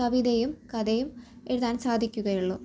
കവിതയും കഥയും എഴുതാൻ സാധിക്കുകയുള്ളു